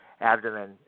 abdomen